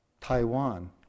Taiwan